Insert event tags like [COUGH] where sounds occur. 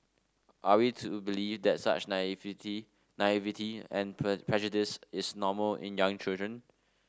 are we to believe that such naivety naivety and [UNINTELLIGIBLE] prejudice is normal in young children